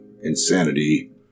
insanity